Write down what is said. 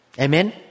amen